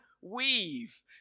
weave